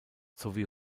sowie